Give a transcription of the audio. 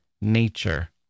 nature